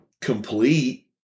complete